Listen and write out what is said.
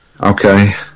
Okay